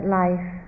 life